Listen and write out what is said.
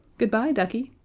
good-bye, ducky,